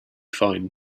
find